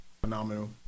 phenomenal